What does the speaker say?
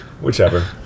Whichever